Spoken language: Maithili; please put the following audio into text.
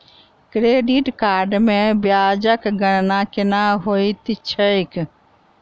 क्रेडिट कार्ड मे ब्याजक गणना केना होइत छैक